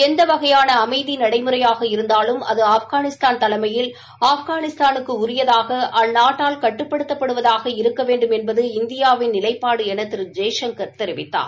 எந்த வகையாள அமைதி நடைமுறையாக இருந்தாலும் அது ஆபகானிஸ்தான் தலைமையில் ஆப்கானிஸதானுக்கு உரியதாக அந்நாட்டால் கட்டுப்படுப்படுத்தப்படுவதாக இருக்க வேண்டும் என்பது இந்தியாவின் நிலை என திரு ஜெய்சங்கர் தெரிவித்தார்